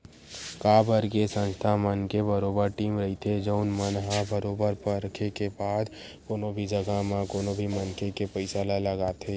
काबर के संस्था मन के बरोबर टीम रहिथे जउन मन ह बरोबर परखे के बाद कोनो भी जघा म कोनो भी मनखे के पइसा ल लगाथे